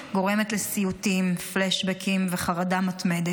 גורמת לסיוטים, פלאשבקים וחרדה מתמדת.